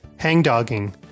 hangdogging